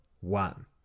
one